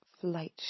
flight